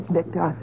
Victor